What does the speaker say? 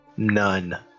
None